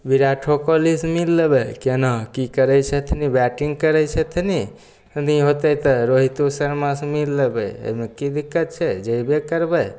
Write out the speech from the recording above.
बिराटो कोहली सऽ मिल लेबै केना की करै छथिनी बैटिंग करै छथिनी नहि होतै तऽ रोहितो शर्मा सऽ मिल लेबै एहिमे की दिक्कत छै जेबे करबै